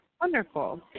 Wonderful